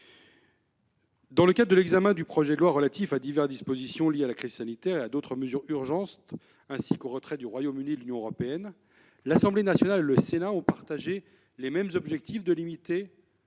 Dans le cadre de l'examen du projet de loi relatif à diverses dispositions liées à la crise sanitaire, à d'autres mesures urgentes ainsi qu'au retrait du Royaume-Uni de l'Union européenne, l'Assemblée nationale et le Sénat ont partagé les mêmes objectifs : limiter